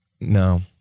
No